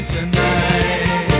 tonight